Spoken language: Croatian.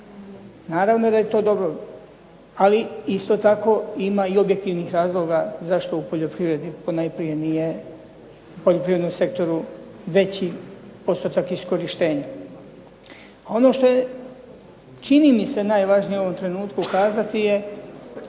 Naravno da je to dobro, ali isto tako ima i objektivnih razloga zašto u poljoprivredi ponajprije nije, poljoprivrednom sektoru veći postotak iskorištenja. Ono što je, čini mi se, najvažnije u ovom trenutku kazati je